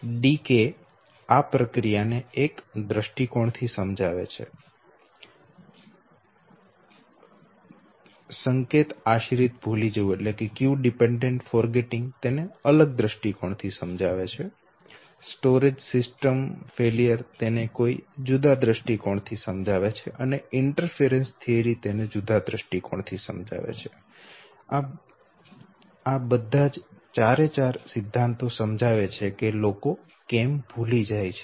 decay આ પ્રક્રિયા ને એક દૃષ્ટિકોણ થી સમજાવે છે સંકેત આશ્રિત ભૂલી જવું તેને અલગ દ્રષ્ટિકોણ થી સ્ટોરેજ સિસ્ટમ તેને જુદા દ્રષ્ટિકોણ થી સમજાવે છે અને દખલ થીયરી તેને જુદા દ્રષ્ટિકોણ થી સમજાવે છે આ બધા ચાર સિદ્ધાંતો સમજાવે છે કે લોકો કેમ ભૂલી જાય છે